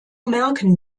merken